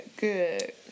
good